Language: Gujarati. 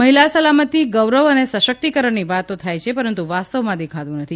મહિલા સલામતિ ગૌરવ અને સશક્તિકરણની વાતો થાય છે પરંતુ વાસ્તવમાં દેખાતું નથી